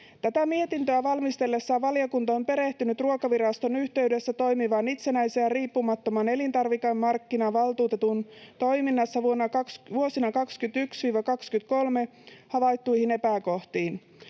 Tätä mietintöä valmistellessaan valiokunta on perehtynyt Ruokaviraston yhteydessä toimivan itsenäisen ja riippumattoman elintarvikemarkkinavaltuutetun toiminnassa vuosina 21—23 havaittuihin epäkohtiin.